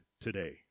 today